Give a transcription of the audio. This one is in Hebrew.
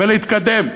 ולהתקדם,